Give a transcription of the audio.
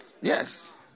Yes